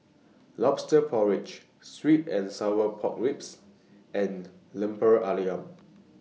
Lobster Porridge Sweet and Sour Pork Ribs and Lemper Ayam